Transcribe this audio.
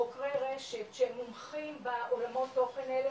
חוקרי רשת שמומחים בעולמות תוכן האלה,